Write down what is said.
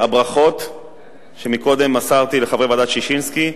והברכות שקודם מסרתי לחברי ועדת-ששינסקי,